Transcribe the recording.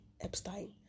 Epstein